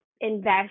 invest